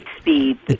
speed